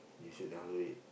you should download it